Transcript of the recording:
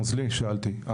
נוזלי שאלתי.